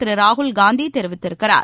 திரு ராகுல் காந்திதெரிவித்திருக்கிறார்